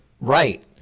right